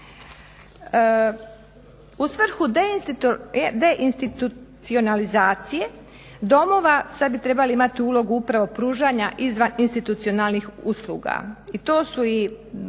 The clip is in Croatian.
U svrhu deinstitucionalizacije domova, sad bi trebali imati ulogu upravo pružanja izvan institucionalnih usluga. I to su i